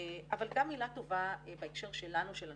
גם מילה טובה בהקשר שלנו, של הנציבות.